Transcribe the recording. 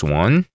one